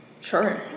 Sure